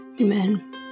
Amen